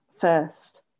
first